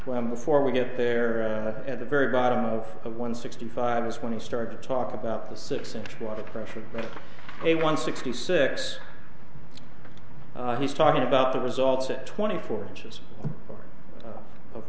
when before we get there at the very bottom of one sixty five is when he started to talk about the six inch water pressure a one sixty six he's talking about the results at twenty four inches